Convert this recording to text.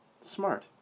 Smart